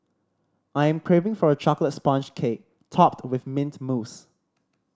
I am craving for a chocolate sponge cake topped with mint mousse